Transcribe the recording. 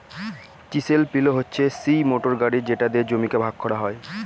chisel পিলও হচ্ছে সিই মোটর গাড়ি যেটা দিয়ে জমিকে ভাগ করা হয়